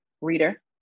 reader